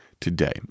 today